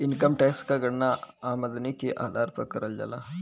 income tax क गणना आमदनी के आधार पर करल जाला